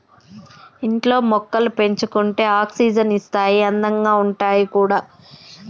ఇంట్లో మొక్కలు పెంచుకుంటే ఆక్సిజన్ ఇస్తాయి అందంగా ఉంటాయి కూడా